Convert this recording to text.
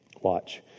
Watch